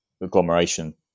agglomeration